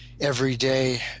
everyday